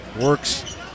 Works